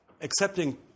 accepting